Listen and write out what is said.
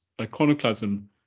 iconoclasm